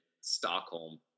Stockholm